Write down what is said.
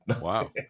Wow